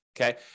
Okay